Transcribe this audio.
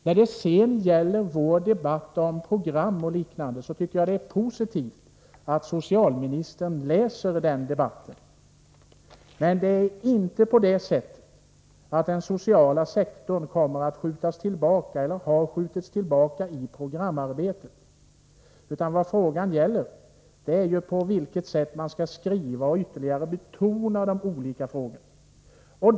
När det sedan gäller vår debatt om program och liknande tycker jag att det är positivt att socialministern läser vad som sägs i den debatten, men det är inte så att den sociala sektorn har skjutits tillbaka i programarbetet. Vad frågan gäller är på vilket sätt man skall skriva för att ytterligare betona de olika frågorna.